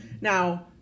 Now